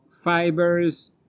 fibers